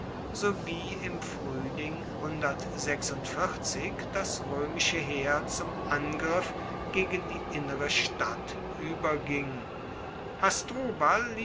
wie im frühling das römische heer zum angriff gegen die innere stadt überging